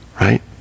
right